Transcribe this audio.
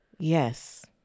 Yes